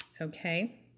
Okay